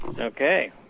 Okay